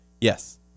Yes